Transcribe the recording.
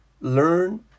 learn